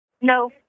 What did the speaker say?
No